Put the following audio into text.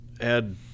add